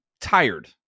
tired